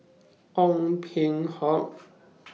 Ong Peng Hock